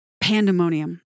pandemonium